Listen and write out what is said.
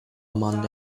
among